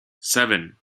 seven